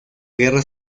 guerra